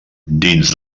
dins